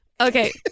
Okay